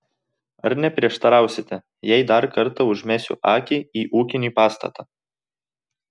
ar neprieštarausite jei dar kartą užmesiu akį į ūkinį pastatą